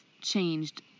changed